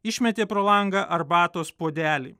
išmetė pro langą arbatos puodelį